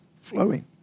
flowing